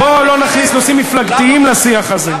בוא לא נכניס נושאים מפלגתיים לשיח הזה.